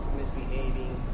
misbehaving